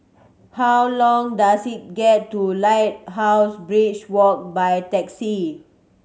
how long does it get to Lighthouse Beach Walk by taxi